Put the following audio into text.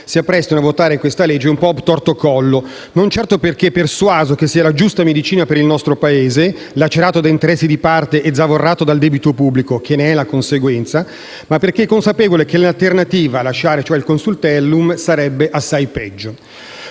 si apprestano a votare questa legge un po' *obtorto collo*, non certo perché persuaso che sia la giusta medicina per il nostro Paese, lacerato da interessi di parte e zavorrato dal debito pubblico, che ne è la conseguenza, ma perché consapevole che l'alternativa, lasciare cioè il Consultellum, sarebbe assai peggio.